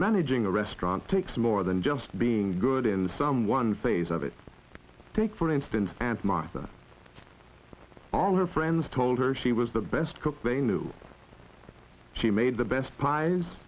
managing a restaurant takes more than just being good in some one phase of it take for instance and martha all her friends told her she was the best cook they knew she made the best pies